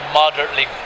moderately